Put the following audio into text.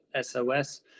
SOS